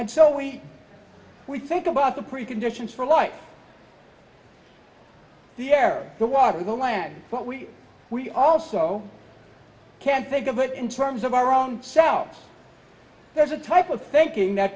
and so we think about the preconditions for life the air the water the land but we also can't think of it in terms of our own selves there's a type of thinking that